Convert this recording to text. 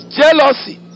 jealousy